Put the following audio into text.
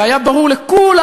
הרי היה ברור לכולם,